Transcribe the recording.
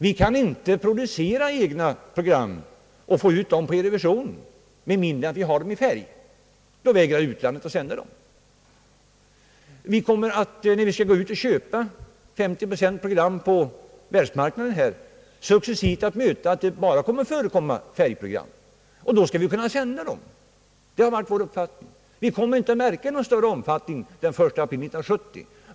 Vi kan inte producera egna program och sända dem över eurovisionen med mindre än att de finns i färg — då vägrar utlandet att sända dem. När vi skall köpa 50 procent av våra program på världsmarknaden, kommer vi successivt att möta problemet att det bara blir fråga om färgprogram. Då skall vi kunna sända dem. Det har varit vår uppfattning. Vi kommer inte att märka att det blir någon större omfattning den 1 april 1970.